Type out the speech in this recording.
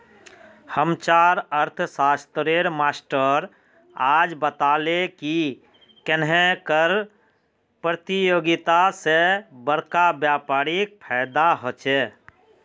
हम्चार अर्थ्शाश्त्रेर मास्टर आज बताले की कन्नेह कर परतियोगिता से बड़का व्यापारीक फायेदा होचे